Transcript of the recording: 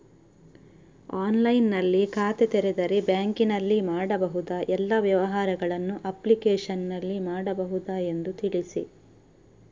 ಆನ್ಲೈನ್ನಲ್ಲಿ ಖಾತೆ ತೆರೆದರೆ ಬ್ಯಾಂಕಿನಲ್ಲಿ ಮಾಡಬಹುದಾ ಎಲ್ಲ ವ್ಯವಹಾರಗಳನ್ನು ಅಪ್ಲಿಕೇಶನ್ನಲ್ಲಿ ಮಾಡಬಹುದಾ ಎಂದು ತಿಳಿಸಿ?